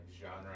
genre